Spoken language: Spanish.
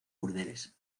burdeles